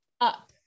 up